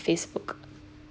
facebook